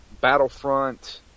Battlefront